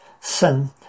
sin